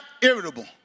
irritable